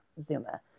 Zuma